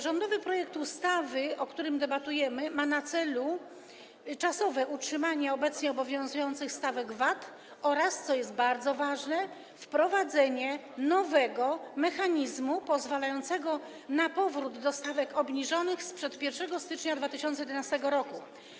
Rządowy projekt ustawy, nad którym debatujemy, ma na celu czasowe utrzymanie obecnie obowiązujących stawek VAT oraz, co jest bardzo ważne, wprowadzenie nowego mechanizmu pozwalającego na powrót do stawek obniżonych sprzed 1 stycznia 2011 r.